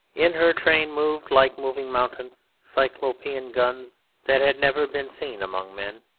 in her train moved, like moving mountains, cyclopean guns that had never been seen among men,